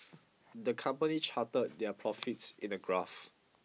the company charted their profits in a graph